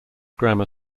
grammar